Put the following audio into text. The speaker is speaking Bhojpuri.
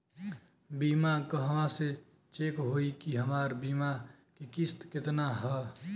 बीमा कहवा से चेक होयी की हमार बीमा के किस्त केतना ह?